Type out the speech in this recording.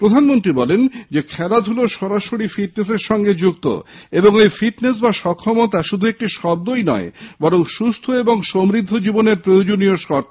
প্রধানমন্ত্রী বলেন খেলাধূলা সরাসরি ফিটনেসের সঙ্গে যুক্ত এবং এই ফিটনেস বা অক্ষমতা শুধু একটি শব্দ নয় বরং সুস্থ ও সমৃদ্ধ জীবনের প্রয়োজনীয় শর্ত